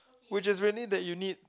which is really that you need